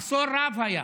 היה מחסור רב.